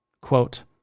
Quote